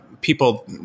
people